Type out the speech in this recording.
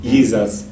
Jesus